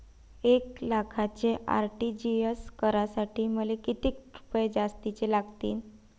एक लाखाचे आर.टी.जी.एस करासाठी मले कितीक रुपये जास्तीचे लागतीनं?